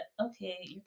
okay